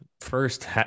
first